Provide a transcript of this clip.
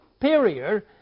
superior